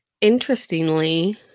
Interestingly